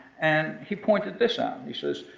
and he pointed this out. he says,